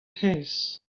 hennezh